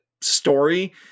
story